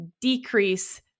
decrease